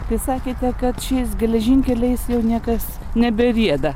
jūs sakėte kad šiais geležinkeliais jau niekas neberieda